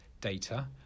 data